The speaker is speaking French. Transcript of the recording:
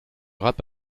rap